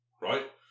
Right